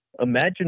imagine